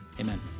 Amen